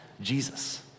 Jesus